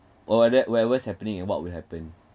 or that whatever is happening what would happen